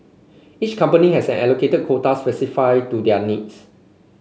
each company has an allocated quota specify to their needs